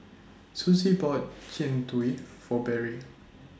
Sussie bought Jian Dui For Berry